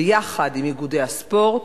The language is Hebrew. ביחד עם איגודי הספורט,